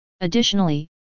Additionally